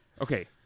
Okay